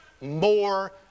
more